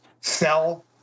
sell